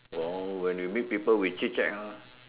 oh when you meet people we chit chat ah